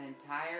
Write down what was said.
entire